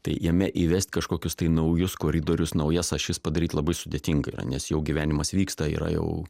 tai jame įvest kažkokius tai naujus koridorius naujas ašis padaryt labai sudėtinga yra nes jau gyvenimas vyksta yra jau